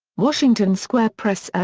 washington square press.